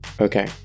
Okay